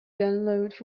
download